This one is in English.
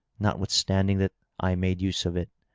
notwith standing that i made use of it.